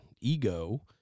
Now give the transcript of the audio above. ego